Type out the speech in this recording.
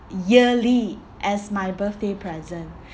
yearly as my birthday present